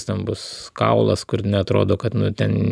stambus kaulas kur neatrodo kad ten